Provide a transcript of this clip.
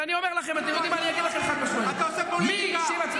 ולצד המדיניות המרחיבה יש צורך גם כן לשמור על אחריות ועל ריסון,